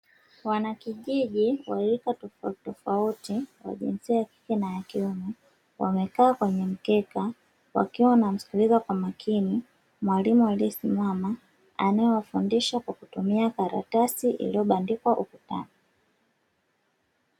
Wanakijiji wa rika tofautitofauti wa jinsia ya kike na kiume, wamekaa kwenye mkeka wakiwa wanasikiliza kwa makini mwalimu aliyesimama, anaewafundisha kwa kutumia karatasi iliyobandikwa ukutani.